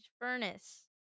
furnace